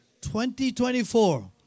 2024